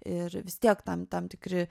ir vis tiek tam tam tikri